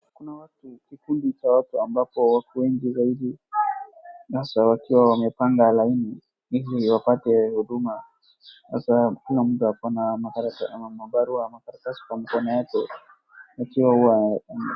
Kuna watu amabo kikundi cha watu ambapo wako wengi zaidi, sasa wakiwa wamepanga line ili wapate huduma sasa kuna mtu ako na makaratasi au mabarua makaratasi kwa mkono yake ikiwa huwa.